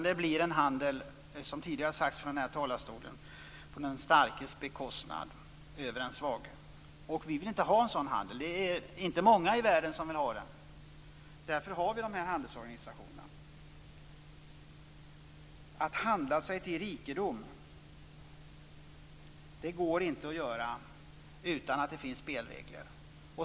Det blir en handel, som tidigare har sagts från denna talarstol, på den svages bekostnad. Vi vill inte ha en sådan handel. Det är inte många i världen som vill ha den. Därför har vi dessa handelsorganisationer. Det går inte att handla sig till rikedom utan att det finns spelregler.